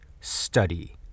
study